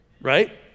right